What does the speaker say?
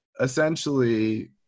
essentially